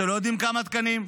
שלא יודעים כמה תקנים.